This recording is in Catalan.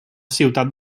ciutat